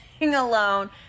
alone